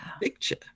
picture